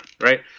right